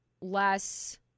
less